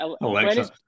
Alexa